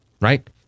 right